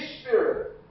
spirit